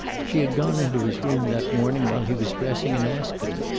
she had gone into his room that morning while he was dressing and asked him.